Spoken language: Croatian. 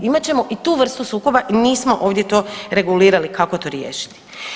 Imat ćemo i tu vrstu sukoba i nismo ovdje to regulirali kako to riješiti.